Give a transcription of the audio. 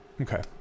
Okay